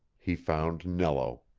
he found nello.